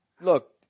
Look